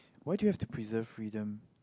why do you have to preserve freedom